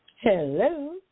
Hello